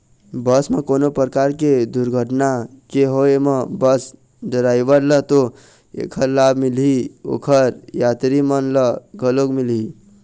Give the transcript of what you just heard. बस म कोनो परकार के दुरघटना के होय म बस डराइवर ल तो ऐखर लाभ मिलही, ओखर यातरी मन ल घलो मिलही